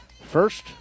first